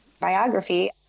biography